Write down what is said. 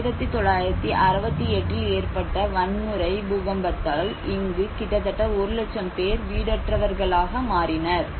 1968 ல் ஏற்பட்ட வன்முறை பூகம்பத்தால் இங்கு கிட்டத்தட்ட 1 லட்சம் பேர் வீடற்றவர்களாக மாறினர்